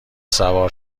سوار